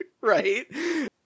right